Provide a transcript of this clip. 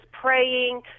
praying